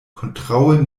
kontraŭe